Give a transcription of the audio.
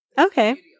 Okay